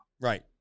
right